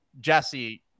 jesse